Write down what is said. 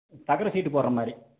தகர சீட்டு போடுற மாதிரி